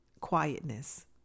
Quietness